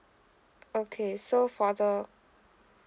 okay so for the